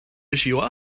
issue